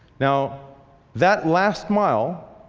now that last mile,